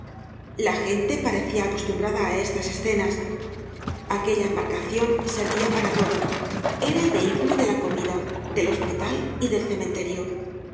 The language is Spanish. la gente parecía acostumbrada á estas escenas aquella embarcación servía para todo era el vehículo de la comida del hospital y del cementerio